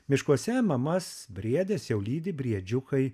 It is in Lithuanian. miškuose mamas briedes jau lydi briedžiukai